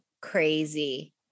crazy